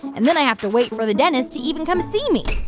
and then i have to wait for the dentist to even come see me